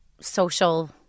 social